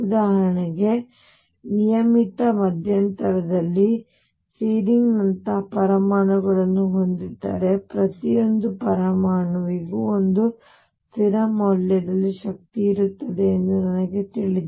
ಉದಾಹರಣೆಗೆ ನಾನು ನಿಯಮಿತ ಮಧ್ಯಂತರದಲ್ಲಿ ಸೀರಿಂಗ್ ನಂತಹ ಪರಮಾಣುಗಳನ್ನು ಹೊಂದಿದ್ದರೆ ಪ್ರತಿಯೊಂದು ಪರಮಾಣುವಿಗೂ ಒಂದು ಸ್ಥಿರ ಮೌಲ್ಯದಲ್ಲಿ ಶಕ್ತಿಯಿರುತ್ತದೆ ಎಂದು ನನಗೆ ತಿಳಿದಿದೆ